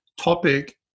topic